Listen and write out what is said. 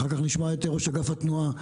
אחר כך נשמע את ראש אגף התנועה.